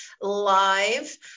live